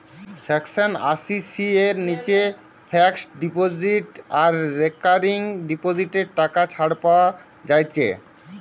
section আশি C এর নিচে ফিক্সড ডিপোজিট আর রেকারিং ডিপোজিটে টাকা ছাড় পাওয়া যায়েটে